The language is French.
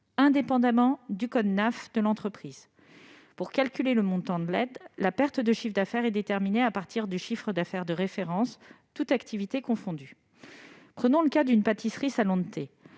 indépendamment du code NAF de l'entreprise. Pour calculer le montant de l'aide, la perte de chiffre d'affaires est déterminée à partir du chiffre d'affaires de référence, toutes activités confondues. Prenons le cas d'une pâtisserie-salon de thé